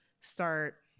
start